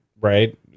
right